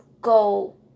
Go